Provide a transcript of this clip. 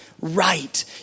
right